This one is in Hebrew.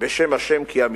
בשם ה' כי אמילם.